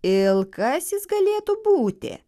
il kas jis galėtų būti